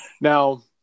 now